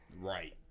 Right